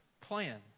plan